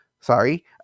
sorry